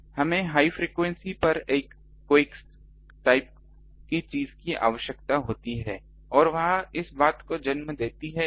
इसलिए हमें high frequency पर एक कोएक्स टाइप की चीज की आवश्यकता होती है और यहां इस बात को जन्म देती है